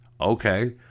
Okay